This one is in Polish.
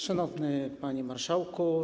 Szanowny Panie Marszałku!